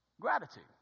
gratitude